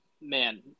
man